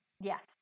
Yes